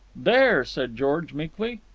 there, said george meekly.